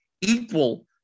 equal